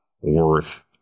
worth